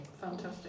Fantastic